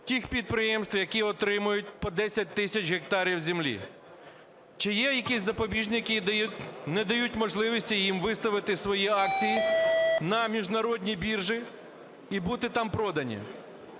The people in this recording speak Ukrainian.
тих підприємств, які отримують по 10 тисяч гектарів землі? Чи є якісь запобіжники, які не дають можливості їм виставити свої акції на міжнародні біржі і бути там проданими?